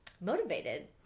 motivated